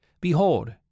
Behold